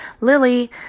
Lily